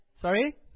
Sorry